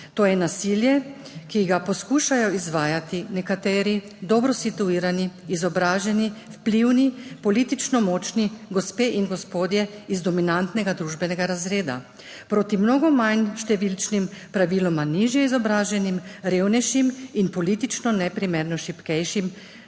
to je nasilje, ki ga poskušajo izvajati nekateri dobro situirani, izobraženi, vplivni, politično močni, gospe in gospodje, iz dominantnega družbenega razreda proti mnogo manj številčnim, praviloma nižje izobraženim, revnejšim in politično neprimerno šibkejšim